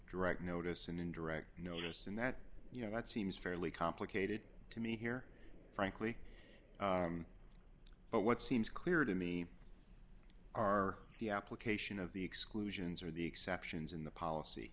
direct notice and indirect notice and that you know that seems fairly complicated to me here frankly but what seems clear to me are the application of the exclusions are the exceptions in the